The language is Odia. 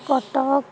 କଟକ